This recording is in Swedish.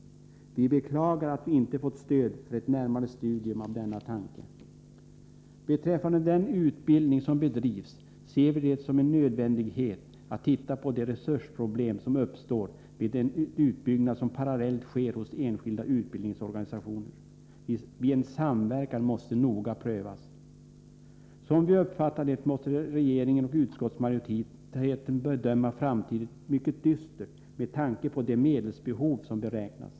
Vi beklagar att vi inte fått stöd för ett närmare studium av denna tanke. Beträffande den utbildning som bedrivs ser vi det som en nödvändighet att titta på de resursproblem som uppstår med den utbyggnad som parallellt sker hos skilda utbildningsorganisationer. En samverkan måste noga prövas. Som vi uppfattar det måste regeringen och utskottsmajoriteten bedöma framtiden mycket dystert med tanke på de medelsbehov som beräknas.